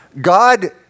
God